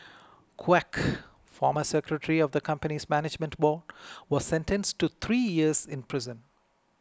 Quek former secretary of the company's management board was sentenced to three years in prison